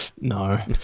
No